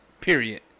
period